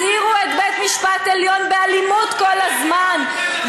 הזהירו את בית-משפט העליון מאלימות כל הזמן.